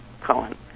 Cohen